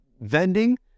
vending